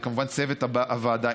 וכמובן לצוות הוועדה,